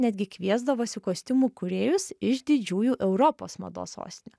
netgi kviesdavosi kostiumų kūrėjus iš didžiųjų europos mados sostinių